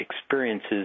experiences